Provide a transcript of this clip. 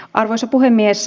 arvoisa puhemies